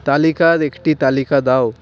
তালিকার একটি তালিকা দাও